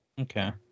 Okay